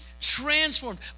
transformed